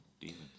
Demons